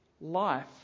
life